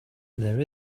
there